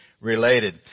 related